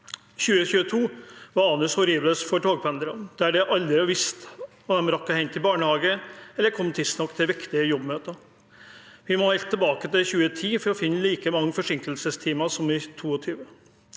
2022 var et annus horribilis for togpendlerne, da de aldri visste om de rakk å hente i barnehagen, eller om de kom tidsnok til viktige jobbmøter. Vi må helt tilbake til 2010 for å finne like mange forsinkelsestimer som i 2022.